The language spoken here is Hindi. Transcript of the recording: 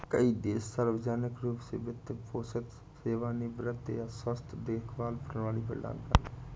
कई देश सार्वजनिक रूप से वित्त पोषित सेवानिवृत्ति या स्वास्थ्य देखभाल प्रणाली प्रदान करते है